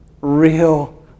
real